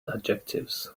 adjectives